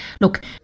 look